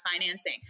financing